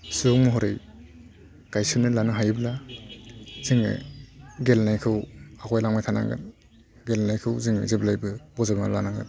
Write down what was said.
सुबुं महरै गायसननानै लानो हायोब्ला जोङो गेलेनायखौ आवगायलांबाय थानांगोन गेलेनायखौ जोङो जेब्लायबो बजबनानै लानांगोन